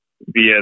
via